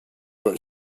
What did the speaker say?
but